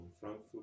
frankfurt